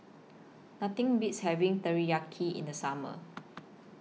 Nothing Beats having Teriyaki in The Summer